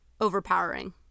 overpowering